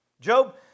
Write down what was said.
Job